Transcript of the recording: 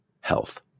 health